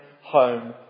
home